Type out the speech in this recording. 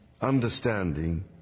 understanding